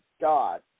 God